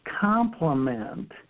complement